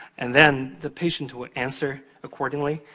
and then the patient will answer accordingly.